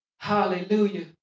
Hallelujah